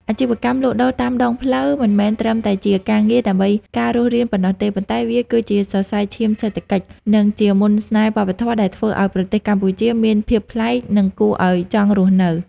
អាជីវកម្មលក់ដូរតាមដងផ្លូវមិនមែនត្រឹមតែជាការងារដើម្បីការរស់រានប៉ុណ្ណោះទេ ប៉ុន្តែវាគឺជាសរសៃឈាមសេដ្ឋកិច្ច និងជាមន្តស្នេហ៍វប្បធម៌ដែលធ្វើឱ្យប្រទេសកម្ពុជាមានភាពប្លែក និងគួរឱ្យចង់រស់នៅ។